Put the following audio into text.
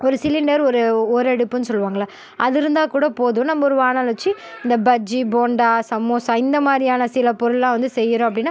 ஒரு சிலிண்டர் ஒரு ஒரு அடுப்புன்னு சொல்லுவாங்களே அது இருந்தா கூட போதும் நம்ப ஒரு வானல் வச்சி இந்த பஜ்ஜி போண்டா சமோசா இந்த மாதிரியான சில பொருள்லாம் வந்து செய்யறோம் அப்படின்னா